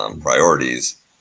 priorities